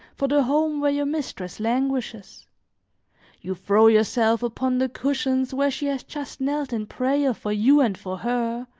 for the home where your mistress languishes you throw yourself upon the cushions where she has just knelt in prayer, for you and for her,